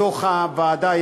בתוך הוועדה,